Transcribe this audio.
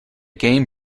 game